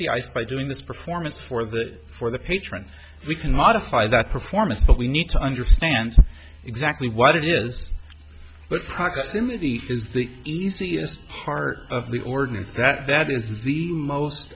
the ice by doing this performance for that for the patrons we can modify that performance but we need to understand exactly what it is but proximity is the easiest part of the ordinance that that is the most